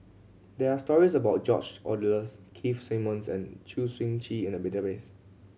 there are stories about George Oehlers Keith Simmons and Choo Seng Quee in the database